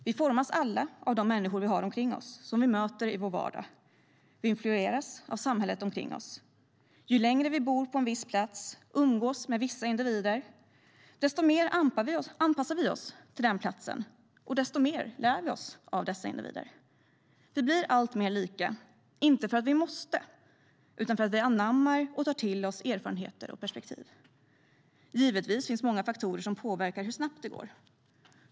Vi formas alla av de människor vi har omkring oss och möter i vår vardag. Vi influeras av samhället omkring oss. Ju längre vi bor på en viss plats och umgås med vissa individer, desto mer anpassar vi oss till den platsen och lär vi av dessa individer. Vi blir alltmer lika, inte för att vi måste utan för att vi anammar och tar till oss erfarenheter och perspektiv. Givetvis finns det många faktorer som påverkar hur snabbt det går.